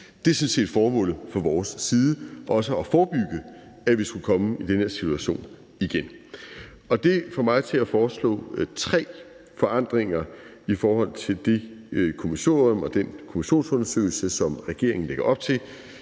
set fra vores synspunkt, altså også at forebygge, at vi skulle komme i den her situation igen. Det får mig til at foreslå tre ændringer i forhold til det kommissorium og den kommissionsundersøgelse, som regeringen lægger op til,